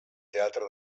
teatre